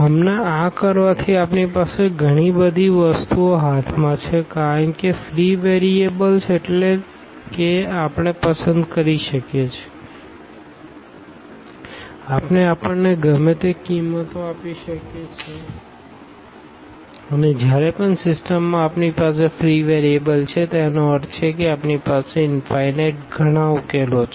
હમણાં આ કરવાથી આપણી પાસે ઘણી બધી વસ્તુઓ હાથમાં છે કારણ કે ફ્રી વેરિયેબલ્સ એટલે કે આપણે પસંદ કરી શકીએ છીએ આપણે આપણને ગમે તે કિંમતો આપી શકીએ છીએ અને જ્યારે પણ સિસ્ટમમાં આપણી પાસે ફ્રી વેરિયેબલ્સ છે તેનો અર્થ એ કે આપણી પાસે ઇનફાઈનાઈટ ઘણા ઉકેલો છે